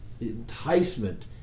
enticement